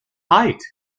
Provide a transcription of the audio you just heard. height